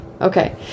Okay